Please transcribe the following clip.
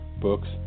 books